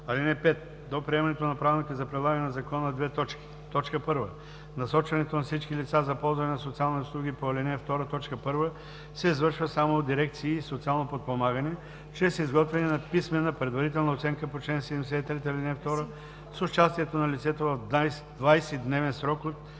(5) До приемането на правилника за прилагане на закона: 1. насочването на всички лица за ползване на социални услуги по ал. 2, т. 1 се извършва само от дирекции „Социално подпомагане“ чрез изготвяне на писмена предварителна оценка по чл. 73, ал. 2 с участието на лицето в 20-дневен срок от